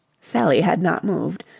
sally had not moved.